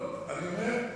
ימים?